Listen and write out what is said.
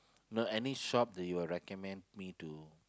no any shop that you will recommend me to